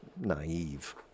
naive